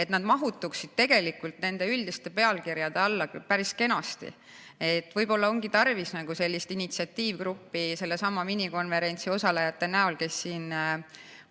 Nad mahutuksid tegelikult nende üldiste pealkirjade alla päris kenasti. Võib-olla ongi tarvis sellist initsiatiivgrupi sellesama minikonverentsi osalejate näol, kes siin